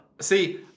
See